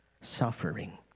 suffering